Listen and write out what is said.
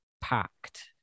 packed